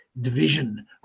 division